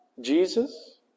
Jesus